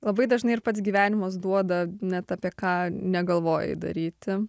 labai dažnai ir pats gyvenimas duoda net apie ką negalvoji daryti